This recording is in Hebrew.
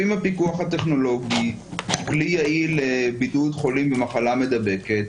אם הפיקוח הטכנולוגי הוא כלי יעיל לבידוד חולים במחלה מדבקת,